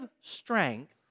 strength